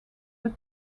but